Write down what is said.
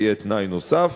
תהיה תנאי נוסף.